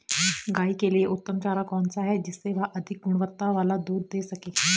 गाय के लिए उत्तम चारा कौन सा है जिससे वह अधिक गुणवत्ता वाला दूध दें सके?